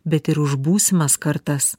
bet ir už būsimas kartas